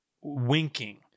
winking